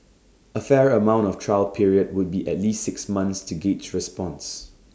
A fair amount of trial period would be at least six months to gauge response